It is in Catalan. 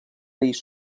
país